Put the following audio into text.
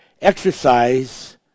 exercise